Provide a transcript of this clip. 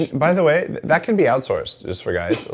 by the way, that can be outsourced, just for guys.